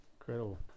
Incredible